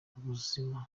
ubuzima